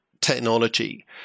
technology